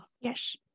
yes